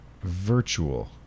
virtual